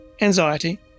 anxiety